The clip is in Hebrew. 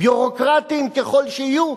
ביורוקרטיים ככל שיהיו,